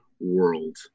world